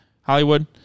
Hollywood